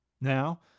Now